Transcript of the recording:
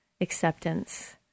acceptance